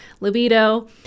libido